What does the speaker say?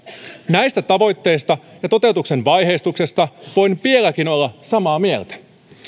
näistä tavoitteista ja toteutuksen vaiheistuksesta voin vieläkin olla samaa mieltä